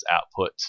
output